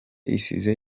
isize